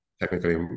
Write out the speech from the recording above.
technically